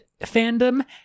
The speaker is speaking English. fandom